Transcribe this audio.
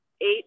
eight